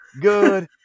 good